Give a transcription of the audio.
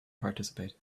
participate